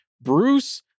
Bruce